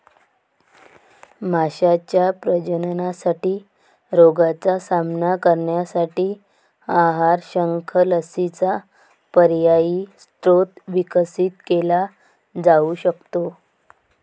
माशांच्या प्रजननासाठी रोगांचा सामना करण्यासाठी आहार, शंख, लसींचा पर्यायी स्रोत विकसित केला जाऊ शकतो